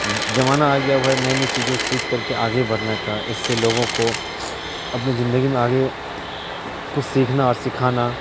زمانہ آ گیا ہوا ہے نئی نئی چیزوں سیکھ کر کے آگے بڑھنے کا اس سے لوگوں کو اپنی زندگی میں آگے کچھ سیکھنا اور سکھانا